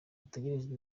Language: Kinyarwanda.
hategerejwe